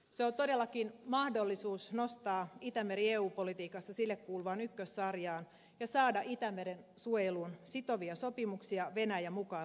se on todellakin mahdollisuus nostaa itämeri eu politiikassa sille kuuluvaan ykkössarjaan ja saada itämeren suojeluun sitovia sopimuksia venäjä mukaan lukien